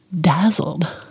dazzled